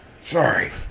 Sorry